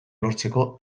lortzeko